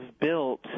built